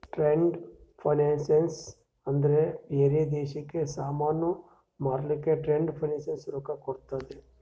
trade finance ಅಂದ್ರ ಬ್ಯಾರೆ ದೇಶಕ್ಕ ಸಾಮಾನ್ ಮಾರ್ಲಕ್ ಟ್ರೇಡ್ ಫೈನಾನ್ಸ್ ರೊಕ್ಕಾ ಕೋಡ್ತುದ್